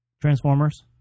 Transformers